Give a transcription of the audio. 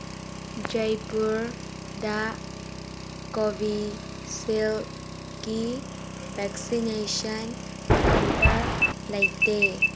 ꯖꯩꯄꯨꯔꯗ ꯀꯣꯚꯤꯁꯤꯜꯒꯤ vaccination centre ꯂꯩꯇꯦ